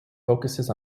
focuses